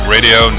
Radio